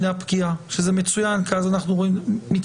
מה שאנחנו זקוקים לו בשטח,